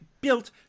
built